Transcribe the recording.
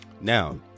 now